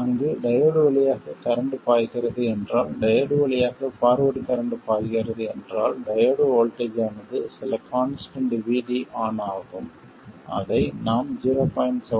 அங்கு டையோடு வழியாக கரண்ட் பாய்கிறது என்றால் டையோடு வழியாக ஃபார்வர்ட் கரண்ட் பாய்கிறது என்றால் டையோடு வோல்ட்டேஜ் ஆனது சில கான்ஸ்டன்ட் VD ON ஆகும் அதை நாம் 0